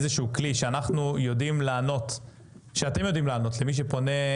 איזשהו כלי שאתם יודעים לענות למי שפונה,